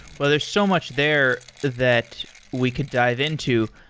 well, there's so much there that we could dive into.